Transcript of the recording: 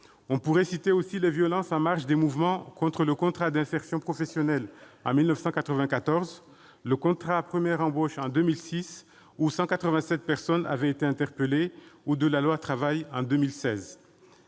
On pourrait mentionner aussi les violences en marge des mouvements contre le contrat d'insertion professionnelle en 1994, le contrat première embauche en 2006- à l'époque, 187 personnes avaient été interpellées -et la loi Travail en 2016.